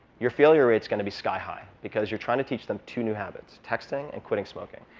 your failure rate's going to be sky high. because you're trying to teach them two new habits, texting and quitting smoking.